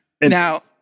now